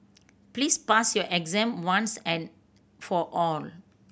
please pass your exam once and for all